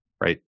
right